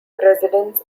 residents